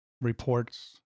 reports